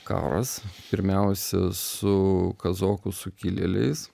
karas pirmiausia su kazokų sukilėliais